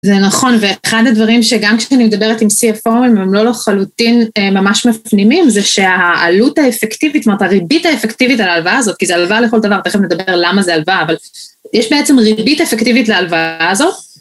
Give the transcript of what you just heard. זה נכון, ואחד הדברים שגם כשאני מדברת עם CFO הם לא לא לחלוטין ממש מפנימים זה שהעלות האפקטיבית, זאת אומרת הריבית האפקטיבית על ההלוואה הזאת, כי זה הלוואה לכל דבר, תכף נדבר למה זה הלוואה, אבל יש בעצם ריבית אפקטיבית להלוואה הזאת.